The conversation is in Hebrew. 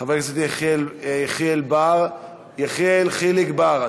חבר הכנסת יחיאל חילק בר,